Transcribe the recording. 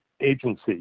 agency